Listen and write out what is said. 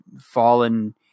fallen